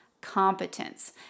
competence